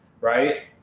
right